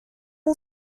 اون